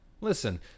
Listen